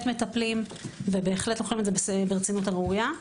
מטפלים ובהחלט לוקחים את זה ברצינות הראויה.